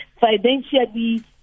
financially